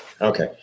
Okay